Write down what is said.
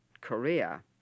Korea